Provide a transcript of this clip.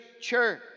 church